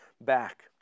back